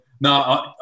no